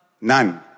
None